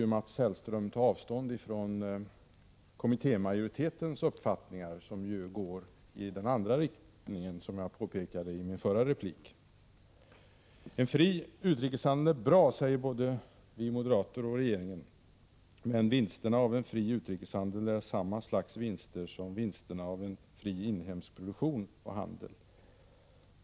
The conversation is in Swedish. Mats Hellström borde i varje fall ta avstånd från kommittémajoritetens uppfattningar, som ju går i den andra riktningen, vilket jag påpekade i min förra replik. En fri utrikeshandel är bra, säger både vi moderater och regeringen. Vinsterna av en fri utrikeshandel är emellertid samma slags vinster som vinsterna av en fri inhemsk produktion och handel.